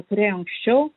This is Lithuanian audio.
turėjo anksčiau